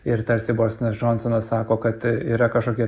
ir tarsi borisonas džonsonas sako kad yra kažkokie